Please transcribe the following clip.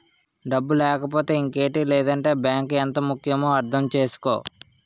డబ్బు లేకపోతే ఇంకేటి లేదంటే బాంకు ఎంత ముక్యమో అర్థం చేసుకో